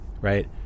right